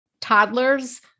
toddlers